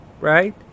Right